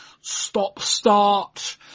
stop-start